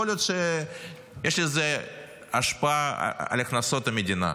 יכול להיות שיש לזה השפעה על הכנסות המדינה,